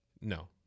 no